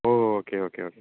O okay okay okay